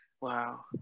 Wow